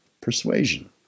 persuasion